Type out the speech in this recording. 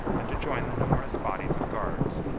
and to join the numerous bodies of guards,